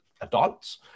adults